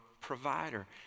provider